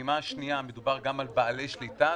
בפעימה השנייה מדובר גם על בעלי שליטה.